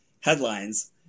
headlines